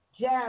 jazz